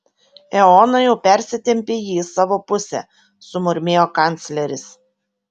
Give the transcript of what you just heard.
eoną jau persitempė jį į savo pusę sumurmėjo kancleris